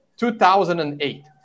2008